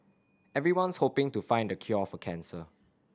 everyone's hoping to find the cure for cancer